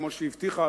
כמו שהיא הבטיחה,